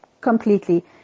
completely